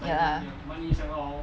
ya